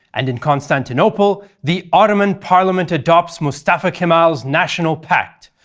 and in constantinople, the ottoman parliament adopts mustafa kemal's national pact,